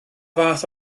fath